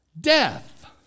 Death